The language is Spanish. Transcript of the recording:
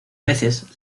veces